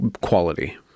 quality